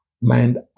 Mind